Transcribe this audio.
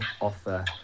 offer